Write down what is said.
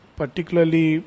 particularly